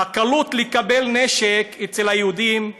הקלות לקבל נשק אצל היהודים,